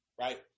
right